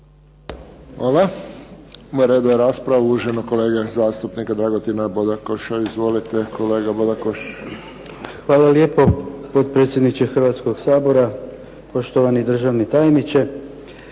Hvala. Na redu je rasprava uvaženog kolege zastupnika Dragutina Bodakoša. Izvolite kolega Bodakoš. **Bodakoš, Dragutin (SDP)** Hvala lijepo. Potpredsjedniče Hrvatskoga sabora, poštovani državni tajniče,